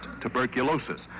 tuberculosis